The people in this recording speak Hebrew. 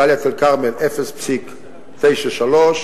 דאלית-אל-כרמל, 0.93 מיליון.